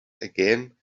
again